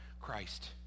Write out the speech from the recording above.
Christ